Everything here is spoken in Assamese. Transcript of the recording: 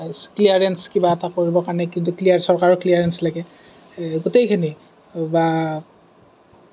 ক্লিয়াৰেঞ্চ কিবা এটা চৰকাৰক ক্লিয়েৰেন্স লাগে গোটেইখিনি বা